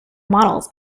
models